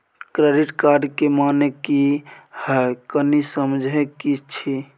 Credit card के माने की हैं, कनी समझे कि छि?